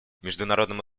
международному